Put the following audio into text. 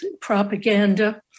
propaganda